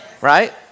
right